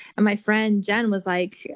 my friend jen was like,